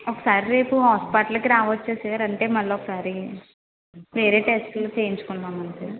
ఒకసారి రేపు హాస్పిటల్కి రావచ్చా సార్ అంటే మళ్ళీ ఒకసారి వేరే టెస్ట్లు చేయించుకుందామని సార్